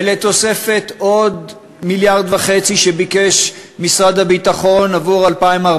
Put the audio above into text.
ולתוספת עוד מיליארד וחצי שביקש משרד הביטחון עבור 2014,